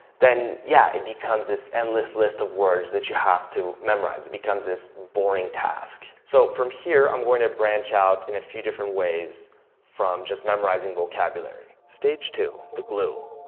then, yeah, it becomes this endless list of words that you have to memorize, it becomes this boring task. so from here, i'm going to branch out in a few different ways from just memorizing vocabulary. stage two the glue.